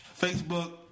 Facebook